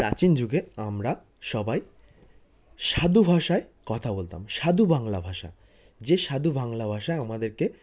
প্রাচীন যুগে আমরা সবাই সাধু ভাষায় কথা বলতাম সাধু বাংলা ভাষা যে সাধু ভাংলা ভাষা আমাদেরকে